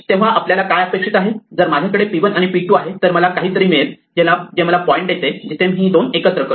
तेव्हा आपल्याला काय अपेक्षित आहे जर माझ्याकडे p1 आणि p2 आहे तर मला काहीतरी मिळेल जे मला पॉईंट देते जिथे मी हे दोन एकत्र करतो